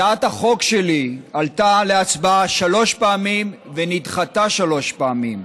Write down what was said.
הצעת החוק שלי עלתה להצבעה שלוש פעמים ונדחתה שלוש פעמים.